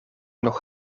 nog